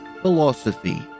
Philosophy